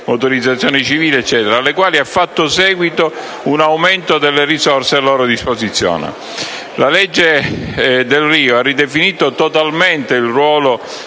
motorizzazione civile, eccetera), alle quali ha fatto seguito un aumento delle risorse a loro disposizione. La cosiddetta legge Delrio ha ridefinito totalmente il ruolo